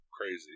crazy